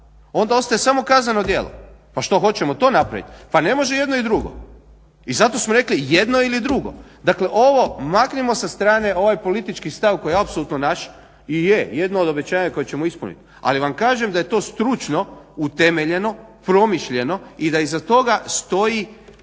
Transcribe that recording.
onda ostaje samo kazneno djelo. Pa šta hoćemo to napraviti? Pa ne može i jedno i drugo. I zato smo rekli jedno ili drugo. Dakle ovo maknimo sa strane, ovaj politički stav koji je apsolutno naš, i je jedno od obećanja koje ćemo ispuniti, ali vam kažem da je to stručno utemeljeno, promišljeno i da iza toga stoji